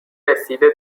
رسیده